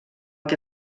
que